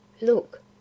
look